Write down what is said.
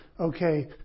okay